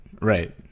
Right